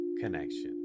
connection